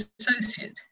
associate